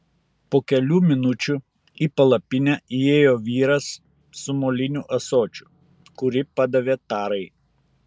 po kelių minučių į palapinę įėjo vyras su moliniu ąsočiu kurį padavė tarai